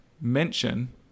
mention